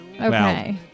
Okay